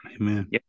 Amen